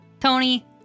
Tony